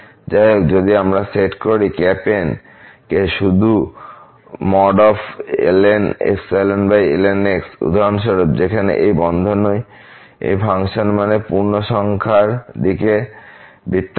যাইহোক যদি আমরা সেট করি N কে শুধু ln ln x উদাহরণস্বরূপ যেখানে এই বন্ধনী ফাংশন মানে পূর্ণসংখ্যার দিকে বৃত্তাকার